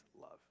love